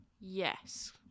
Yes